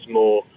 more